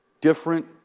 different